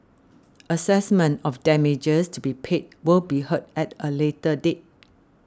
assessment of damages to be paid will be heard at a later date